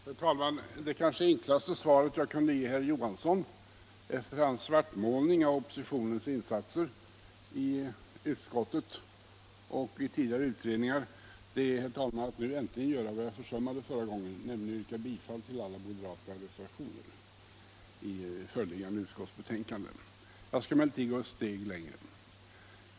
Herr talman! Det kanske enklaste sättet att svara herr Johansson efter hans svartmålning av oppositionens insatser i utskottet och i tidigare utredningar är att nu äntligen, herr talman, göra vad jag försummade i mitt första anförande, nämligen yrka bifall till alla moderata reservationer vid föreliggande utskottsbetänkande. Jag skall emellertid gå ett steg längre.